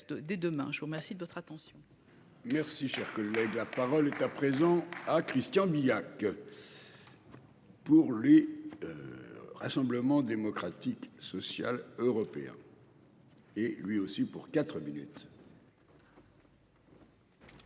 je vous remercie de votre attention.